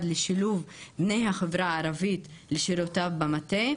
לשילוב בני החברה הערבית לשירותיו במטה.